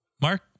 Mark